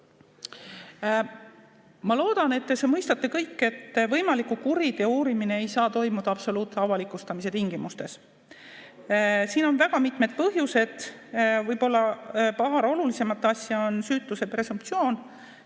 Ma loodan, et te kõik mõistate, et võimaliku kuriteo uurimine ei saa toimuda absoluutse avalikustamise tingimustes. Siin on väga mitmed põhjused. Võib-olla paar olulisemat asja on süütuse presumptsioon